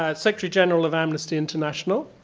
ah secretary general of amnesty international,